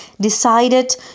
decided